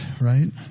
right